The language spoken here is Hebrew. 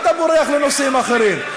מה אתה בורח לנושאים אחרים?